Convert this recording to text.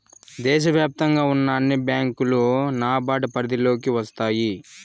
దేశ వ్యాప్తంగా ఉన్న అన్ని బ్యాంకులు నాబార్డ్ పరిధిలోకి వస్తాయి